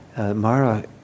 Mara